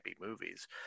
movies